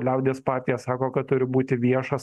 liaudies partija sako kad turi būti viešas